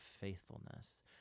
faithfulness